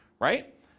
right